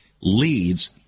leads